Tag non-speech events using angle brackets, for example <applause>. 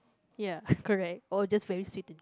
ya <laughs> correct or just very sweet